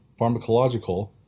pharmacological